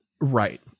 right